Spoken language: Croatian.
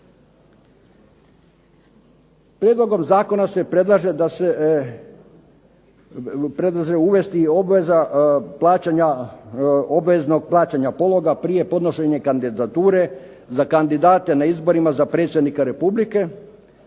Prijedlogom zakona se predlaže da se uvesti obveza plaćanja obveznog plaćanja pologa prije podnošenja kandidature za kandidate na izborima za predsjednika Republike,